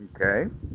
Okay